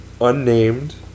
unnamed